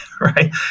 right